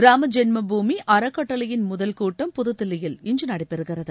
ராமஜென்மபூமிஅறக்கட்டளையின் முதல் கூட்டம் புதுதில்லியில் இன்றுநடைபெறுகிறது